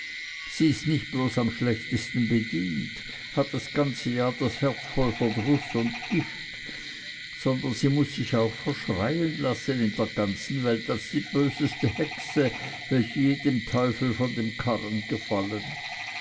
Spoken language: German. sie ist nicht bloß am schlechtesten bedient hat das ganze jahr das herz voll verdruß und gift sondern sie muß sich auch verschreien lassen in der ganzen welt als die böseste hexe welche je dem teufel von dem karren gefallen